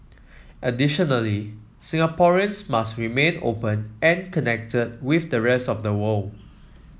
additionally Singaporeans must remain open and connected with the rest of the world